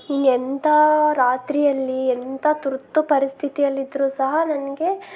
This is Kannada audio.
ಇನ್ನು ಎಂಥ ರಾತ್ರಿಯಲ್ಲಿ ಎಂಥ ತುರ್ತು ಪರಿಸ್ಥಿತಿಯಲ್ಲಿ ಇದ್ದರೂ ಸಹ ನನಗೆ